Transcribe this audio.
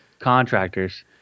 contractors